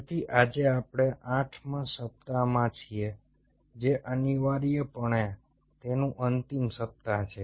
તેથી આજે આપણે 8 મા સપ્તાહમાં છીએ જે અનિવાર્યપણે તેનું અંતિમ સપ્તાહ છે